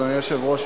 אדוני היושב-ראש,